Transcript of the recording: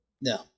No